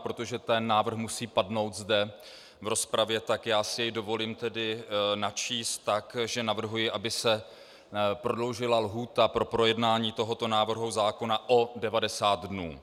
Protože ten návrh musí padnout zde v rozpravě, tak já si dovolím ho načíst tak, že navrhuji, aby se prodloužila lhůta pro projednání tohoto návrhu zákona o 90 dnů.